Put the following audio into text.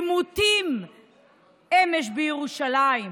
עימותים אמש בירושלים?